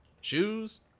shoes